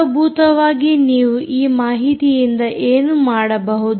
ಮೂಲಭೂತವಾಗಿ ನೀವು ಈ ಮಾಹಿತಿಯಿಂದ ಏನು ಮಾಡಬಹುದು